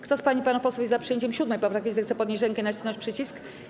Kto z pań i panów posłów jest za przyjęciem 7. poprawki, zechce podnieść rękę i nacisnąć przycisk.